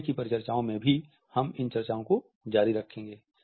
आगे की परिचर्चाओं में भी हम इन चर्चाओं को जारी रखेंगे